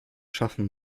schaffen